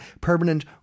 permanent